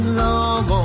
long